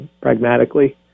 pragmatically